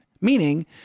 Meaning